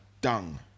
dung